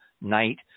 night